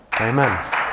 Amen